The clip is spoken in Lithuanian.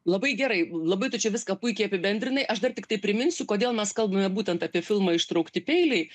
labai gerai labai tu čia viską puikiai apibendrinai aš dar tiktai priminsiu kodėl mes kalbame būtent apie filmą ištraukti peiliai